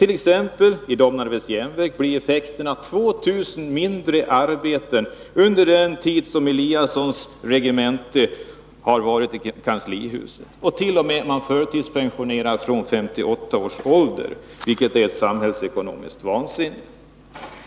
I t.ex. Domnarvets järnverk har antalet jobb minskat med 2000 under Ingemar Eliassons regemente i kanslihuset. Nu förtidspensioneras t.o.m. människor vid 58 års ålder, vilket är samhällsekonomiskt vansinne.